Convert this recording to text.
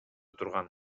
турган